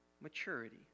maturity